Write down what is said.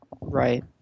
Right